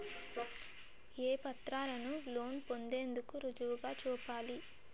ఏ పత్రాలను లోన్ పొందేందుకు రుజువుగా చూపాలి?